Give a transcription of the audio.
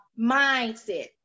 mindset